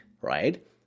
right